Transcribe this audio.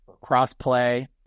cross-play